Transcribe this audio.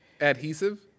Adhesive